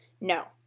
No